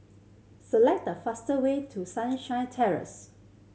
select the faster way to Sunshine Terrace